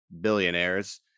billionaires